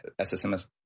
SSMS